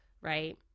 right